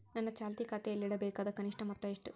ನನ್ನ ಚಾಲ್ತಿ ಖಾತೆಯಲ್ಲಿಡಬೇಕಾದ ಕನಿಷ್ಟ ಮೊತ್ತ ಎಷ್ಟು?